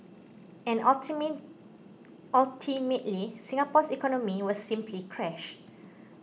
and ultimately Singapore's economy was simply crash